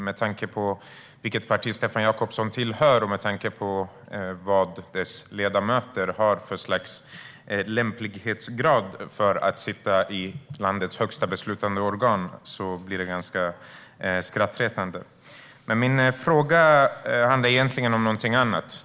Med tanke på vilket parti han tillhör och med tanke på vilken lämplighetsgrad detta partis ledamöter har för att sitta i landets högsta beslutande organ blir det ganska skrattretande. Min fråga handlar egentligen om någonting annat.